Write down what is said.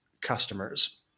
customers